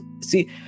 see